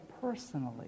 personally